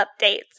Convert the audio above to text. updates